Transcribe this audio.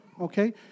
Okay